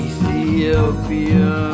Ethiopia